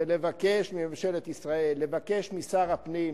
ולבקש מממשלת ישראל לבקש משר הפנים,